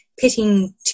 pitting